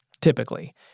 typically